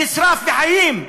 הוא נשרף בחיים.